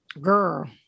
girl